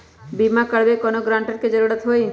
बिमा करबी कैउनो गारंटर की जरूरत होई?